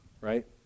right